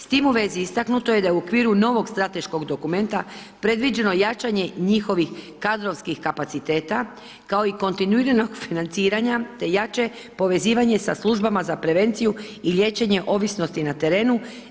S tim u vezi istaknuto je da je u okviru novog strateškog dokumenta predviđeno jačanje njihovih kadrovskih kapaciteta kao i kontinuiranog financiranja te jače povezivanje sa službama za prevenciju i liječenje ovisnosti na terenu.